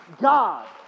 God